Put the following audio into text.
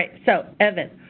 ah so. evan,